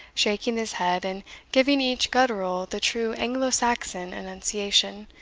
shaking his head, and giving each guttural the true anglo-saxon enunciation,